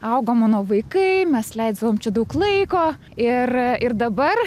augo mano vaikai mes leisdavom čia daug laiko ir ir dabar